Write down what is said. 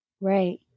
Right